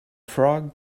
frog